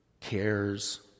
cares